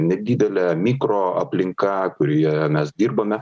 nedidele mikroaplinka kurioje mes dirbame